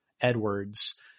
Edwards